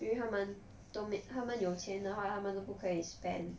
因为他们都 meet 他们有钱的话他们都不可以 spend